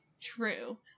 true